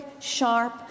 sharp